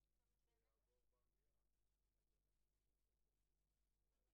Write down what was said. זכאי לזקוף עד שבעה ימים בשנה של היעדרות,